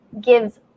gives